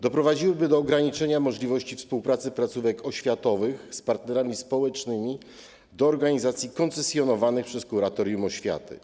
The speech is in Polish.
Doprowadziłyby do ograniczenia możliwości współpracy placówek oświatowych z partnerami społecznymi do organizacji koncesjonowanych przez kuratorium oświaty.